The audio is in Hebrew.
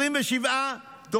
27 מיליון שקלים,